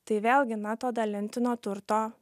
tai vėlgi na to dalintino turto